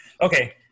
Okay